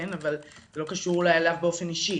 זה לא אישי,